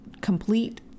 complete